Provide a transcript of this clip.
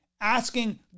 asking